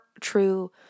true